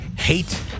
hate